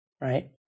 right